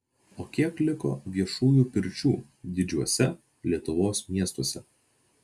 o kiek liko viešųjų pirčių didžiuose lietuvos miestuose